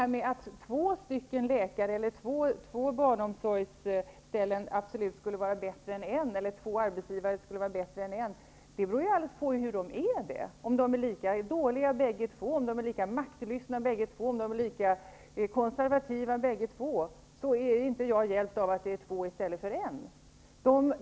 Bengt Westerberg sade att två läkare, två dagis eller två arbetsgivare är bättre än en. Det beror på hur de är; om bägge är lika dåliga, lika maktlystna, lika konservativa, är jag inte hjälpt av att det finns två i stället för en.